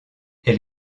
elle